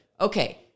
okay